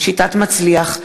התשע"ד 2014,